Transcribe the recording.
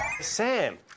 Sam